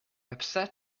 upset